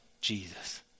Jesus